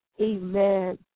amen